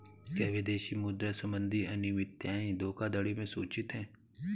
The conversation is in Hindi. क्या विदेशी मुद्रा संबंधी अनियमितताएं धोखाधड़ी में सूचित हैं?